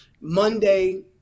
monday